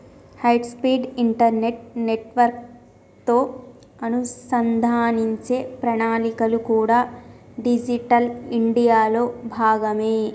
high speed internet నెట్వర్క్లతో అనుసంధానించే ప్రణాళికలు కూడా డిజిటల్ ఇండియాలో భాగమే